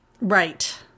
Right